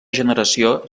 generació